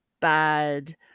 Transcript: bad